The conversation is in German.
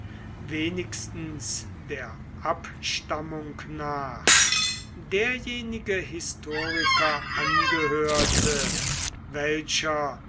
wenigstens der abstammung nach derjenige historiker angehörte welcher